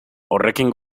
horrekin